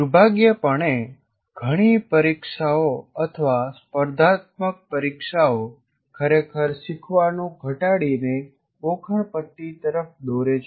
દુર્ભાગ્યેપણે ઘણી પરીક્ષાઓ અથવા સ્પર્ધાત્મક પરીક્ષાઓ ખરેખર શીખવાનું ઘટાડીને ગોખણપટ્ટી તરફ દોરે છે